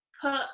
put